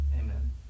amen